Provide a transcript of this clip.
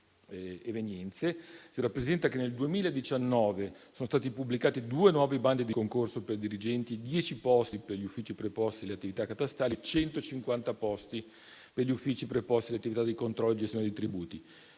si rappresenta che nel 2019 sono stati pubblicati due nuovi bandi di concorso per dirigenti: 10 posti per gli uffici preposti all'attività catastale e 150 posti per gli uffici preposti alle attività di controllo e gestione dei tributi.